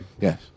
yes